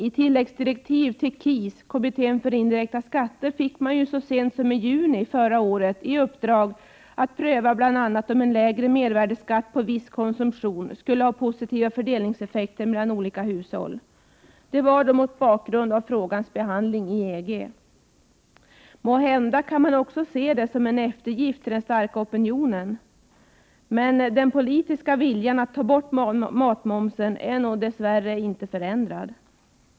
I tilläggsdirektiv till KIS, kommittén för indirekta skatter, fick utredningen så sent som i juni förra året i uppdrag att pröva bl.a. om en lägre mervärdeskatt på viss konsumtion skulle ha positiva fördelningseffekter mellan olika hushåll. Detta gjordes mot bakgrund av frågans behandling i EG. Måhända kan man också se det som en eftergift åt den starka opinionen. Den politiska viljan att ta bort matmomsen är nog dess värre inte förändrad.